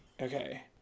Okay